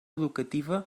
educativa